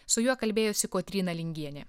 su juo kalbėjosi kotryna lingienė